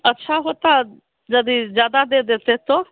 अच्छा होता यदि ज़्यादा दे देते तो